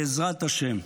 בעזרת השם.